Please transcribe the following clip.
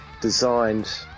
designed